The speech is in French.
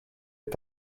est